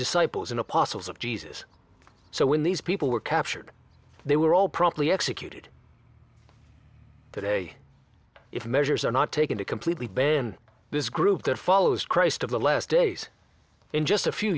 disciples and apostles of jesus so when these people were captured they were all properly executed today if measures are not taken to completely ban this group that follows christ of the last days in just a few